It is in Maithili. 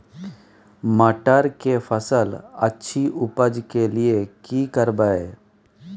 मटर के फसल अछि उपज के लिये की करबै?